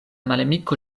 malamiko